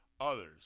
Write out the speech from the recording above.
others